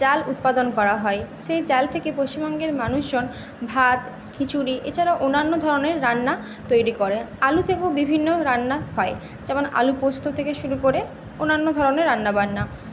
চাল উৎপাদন করা হয় সেই চাল থেকে পশ্চিমবঙ্গের মানুষজন ভাত খিচুড়ি এছাড়াও অন্যান্য ধরণের রান্না তৈরি করে আলু থেকেও বিভিন্ন রান্না হয় যেমন আলু পোস্ত থেকে শুরু করে অন্যান্য ধরণের রান্নাবান্না